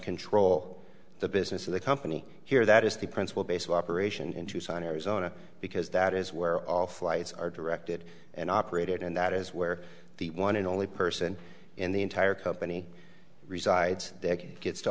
control the business of the company here that is the principal base of operation in tucson arizona because that is where all flights are directed and operated and that is where the one and only person in the entire company resides that gets to